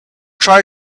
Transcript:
try